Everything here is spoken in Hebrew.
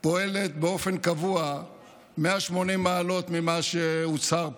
פועלת באופן קבוע 180 מעלות ממה שהוצהר פה.